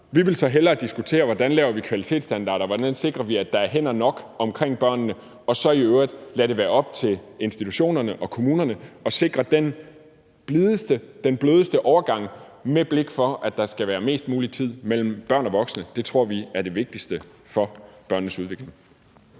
Vi vil så hellere diskutere, hvordan vi laver kvalitetsstandarder, hvordan vi sikrer, at der er hænder nok omkring børnene, og så i øvrigt lade det være op til institutionerne og kommunerne at sikre den blideste, den blødeste overgang med blik for, at der skal være mest mulig tid mellem børn og voksne. Det tror vi er det vigtigste for børnenes udvikling.